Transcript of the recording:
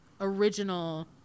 original